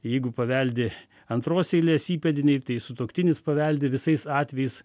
jeigu paveldi antros eilės įpėdiniai tai sutuoktinis paveldi visais atvejais